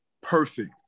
perfect